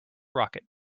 rocket